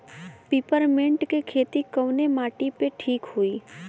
Peppermint के खेती कवने माटी पे ठीक होई?